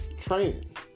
training